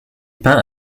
peint